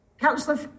councillor